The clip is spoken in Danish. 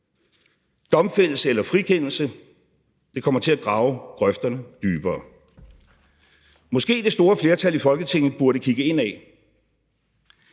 Domfældelse eller frikendelse? Det kommer til at grave grøfterne dybere. Måske det store flertal i Folketinget burde kigge indad,